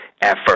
effort